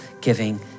giving